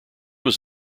was